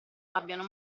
abbiano